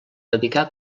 dedicà